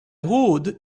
would